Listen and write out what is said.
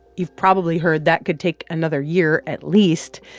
you've probably heard that could take another year at least,